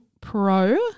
pro